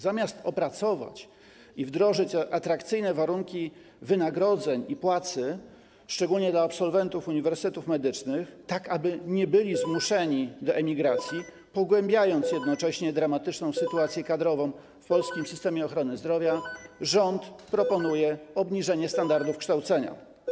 Zamiast opracować i wdrożyć atrakcyjne warunki wynagrodzeń i płacy, szczególnie dla absolwentów uniwersytetów medycznych, tak aby nie byli zmuszeni do emigracji, pogłębiając jednocześnie dramatyczną sytuację kadrową w polskim systemie ochrony zdrowia, rząd proponuje obniżenie standardów kształcenia.